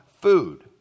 food